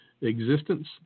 existence